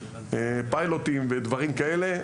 פיילוטים ודברים כאלה.